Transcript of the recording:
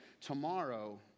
Tomorrow